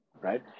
right